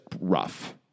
rough